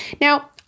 Now